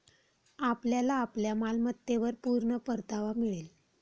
आपल्याला आपल्या मालमत्तेवर पूर्ण परतावा मिळेल